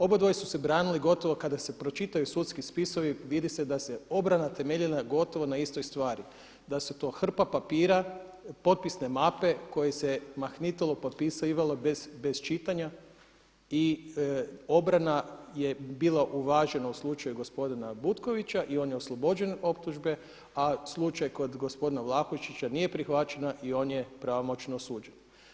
Obojica su se branili gotovo kada se pročitaju sudski spisi i vidi se da se obrana temeljila gotovo na istoj stvari, da su to hrpa papira, potpisne mape koje se mahnitalo potpisivalo bez čitanja i obrana je bila uvažena u slučaju gospodina Butkovića i on je oslobođen optužbe, a u slučaju kod gospodina Vlahušića nije prihvaćena i on je pravomoćno osuđen.